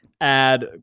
add